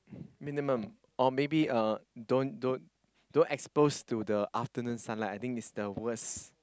minimum or maybe uh don't don't don't expose to the afternoon sunlight I think it's the worst